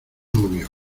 novio